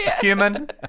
Human